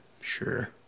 Sure